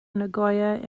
nagoya